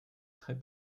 très